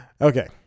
Okay